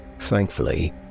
Thankfully